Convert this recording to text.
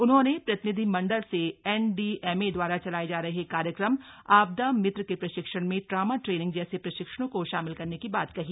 उन्होंने प्रतिनिधिमण्डल से एनडीएमए दवारा चलाए जा रहे कार्यक्रम आपदा मित्र के प्रशिक्षण में ट्रॉमा ट्रेनिंग जैसे प्रशिक्षणों को शामिल करने की बात कही